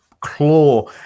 claw